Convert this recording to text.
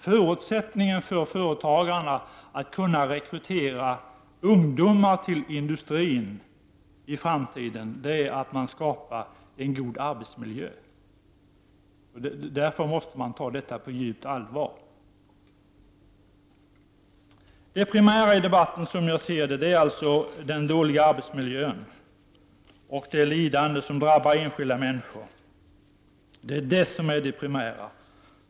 Förutsättningen för företagarna att kunna rekrytera ungdomar till industrin i framtiden är att skapa en god arbetsmiljö. Därför måste man ta detta på djupt allvar. Det primära i debatten är, som jag ser det, den dåliga arbetsmiljön och det lidande som drabbar enskilda människor. Det är det som är det primära.